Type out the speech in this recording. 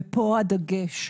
וכאן הדגש.